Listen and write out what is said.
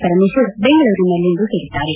ಪರಮೇಶ್ವರ್ ಬೆಂಗಳೂರಿನಲ್ಲಿಂದು ಹೇಳಿದ್ದಾರೆ